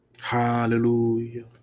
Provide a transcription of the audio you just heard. Hallelujah